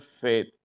faith